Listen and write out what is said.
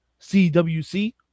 CWC